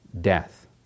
death